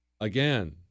Again